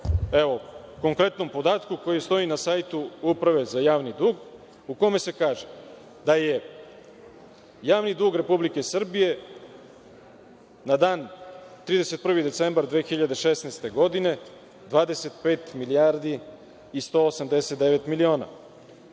ovom konkretnom podatku koji stoji na sajtu Uprave za javni dug, u kome se kaže da je javni dug Republike Srbije na dan 31. decembra 2016. godine 25 milijardi i 189 miliona,